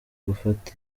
gufata